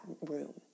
room